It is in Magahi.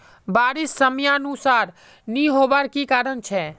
बारिश समयानुसार नी होबार की कारण छे?